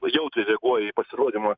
jautriai reaguoja į pasirodymą